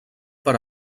per